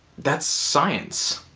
that's science.